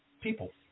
people